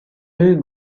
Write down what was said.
rue